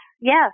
yes